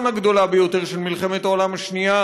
הגדולה ביותר של מלחמת העולם השנייה,